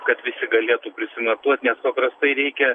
kad visi galėtų prisimatuot nes paprastai reikia